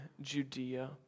Judea